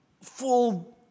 full